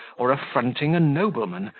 or affronting a nobleman,